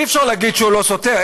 אי-אפשר להגיד שהוא לא סותר,